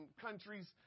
countries